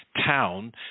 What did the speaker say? town